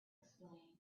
explained